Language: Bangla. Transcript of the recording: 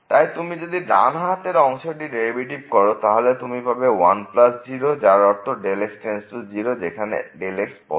তাই তুমি যদি ডান হাতের অংশটি ডেরিভেটিভ করো তাহলে তুমি পাবে 1 0 যার অর্থ x→0 যেখানে x পজিটিভ